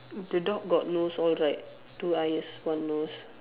the dog got nose all right two eyes one nose